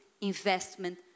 investment